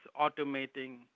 automating